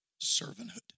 servanthood